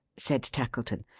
said tackleton.